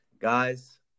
Guys